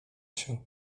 się